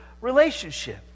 relationship